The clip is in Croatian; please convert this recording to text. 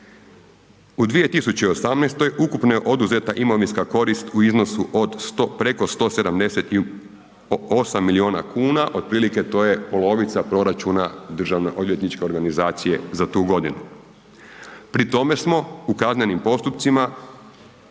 U 2018. ukupno je oduzeta imovinska korist u iznosu od 100, preko 178 milijuna kuna, otprilike to je polovica proračuna odvjetničke organizacije za tu godinu. Pri tome smo u kaznenim postupcima